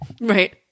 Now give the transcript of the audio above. Right